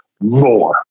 more